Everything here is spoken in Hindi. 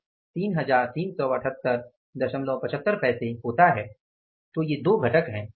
तो ये दो घटक हैं